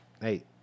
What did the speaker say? hey